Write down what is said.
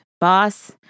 boss